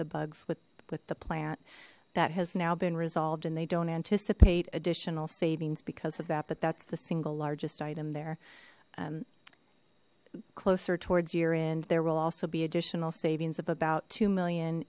the bugs with with the plant that has now been resolved and they don't anticipate additional savings because of that but that's the single largest item their closer towards your end there will also be additional savings of about two million